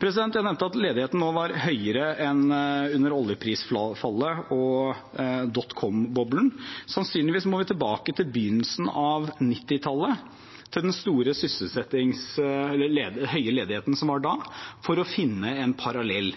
Jeg nevnte at ledigheten nå var høyere enn under oljeprisfallet og dot com-boblen. Sannsynligvis må vi tilbake til begynnelsen av 1990-tallet, til den høye ledigheten som var da, for å finne en parallell,